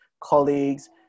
colleagues